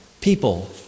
people